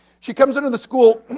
she comes into the school,